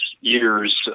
years